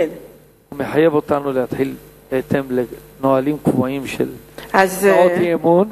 מחייב אותנו להתחיל בהתאם לנהלים קבועים בהצעות אי-אמון,